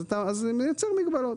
אז אתה מייצר מגבלות.